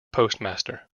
postmaster